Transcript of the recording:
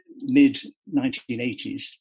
mid-1980s